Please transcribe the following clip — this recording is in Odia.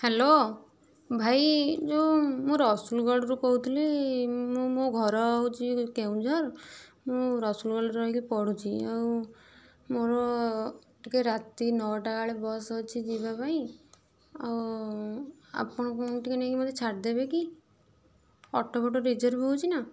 ହ୍ୟାଲୋ ଭାଇ ଯେଉଁ ମୁଁ ରସୁଲଗଡ଼ରୁ କହୁଥିଲି ମୁଁ ମୋ ଘର ହଉଛି କେଉଁଝର ମୁଁ ରସୁଲଗଡ଼ରେ ରହିକି ପଢ଼ୁଛି ଆଉ ମୋର ଟିକେ ରାତି ନଅଟା ବେଳେ ବସ୍ ଅଛି ଯିବା ପାଇଁ ଆଉ ଆପଣ ଟିକେ ନେଇକି ମତେ ଛାଡ଼ିଦେବେ କି ଅଟୋ ଫଟୋ ରିଜର୍ଭ ହଉଛି ନା